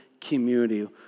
community